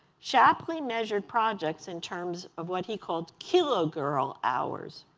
shapley measured projects in terms of what he called kilogirl hours.